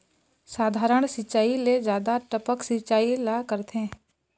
साधारण सिचायी ले जादा टपक सिचायी ला करथे